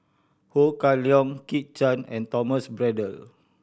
Ho Kah Leong Kit Chan and Thomas Braddell